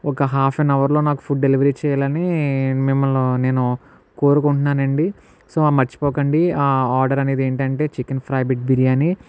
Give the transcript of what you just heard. ఒక half an హావర్లో food delivery చెయ్యాలని నేను మిమ్మల్ని కోరుకుంటున్నానండి సో మర్చిపోకండి ఆర్డర్ అనేది ఏమిటంటే చికెన్ ఫ్రై బిడ్ బిర్యానీ